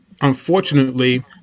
unfortunately